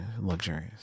luxurious